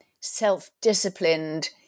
self-disciplined